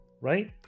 right